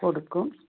കൊടുക്കും